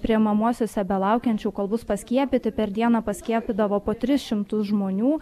priimamuosiuose belaukiančių kol bus paskiepyti per dieną paskiepydavo po tris šimtus žmonių